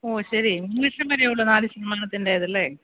ഓ ശരി മൂന്നു ലക്ഷം വരെയുള്ളൂ നാല് ശതമാനത്തിൻറ്റേത് അല്ലേ